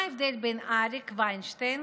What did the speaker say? מה ההבדל בין אריק ויינשטיין